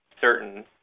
certain